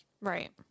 Right